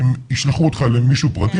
הם ישלחו אותך למישהו פרטי,